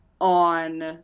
on